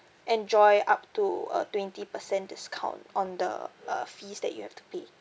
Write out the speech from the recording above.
enjoy up to a twenty percent discount on the uh fees that you have to pay